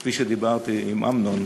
כפי שדיברתי עם אמנון,